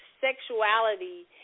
sexuality